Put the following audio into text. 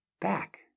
back